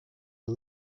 are